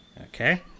Okay